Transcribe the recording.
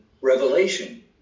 revelation